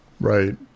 Right